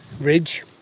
Ridge